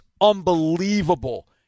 unbelievable